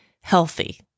healthy